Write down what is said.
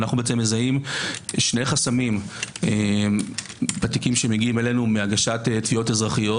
אנחנו מזהים שני חסמים בתיקים שמגיעים אלינו מהגשת תביעות אזרחיות: